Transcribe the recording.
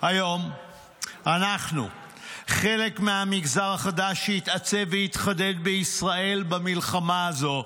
--- אנחנו חלק מהמגזר החדש שהתעצב והתחדד בישראל במלחמה הזו.